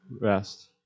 Rest